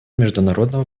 международного